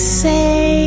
say